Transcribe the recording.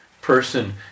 person